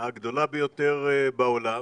הגדולה ביותר בעולם